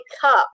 cup